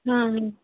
ହୁଁ ହୁଁ